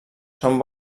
són